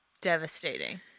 devastating